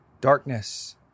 darkness